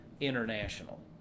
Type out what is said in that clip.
international